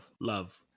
love